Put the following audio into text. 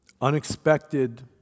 Unexpected